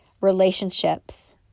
Relationships